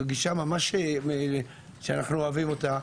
זו גישה שממש אנחנו אוהבים אותה.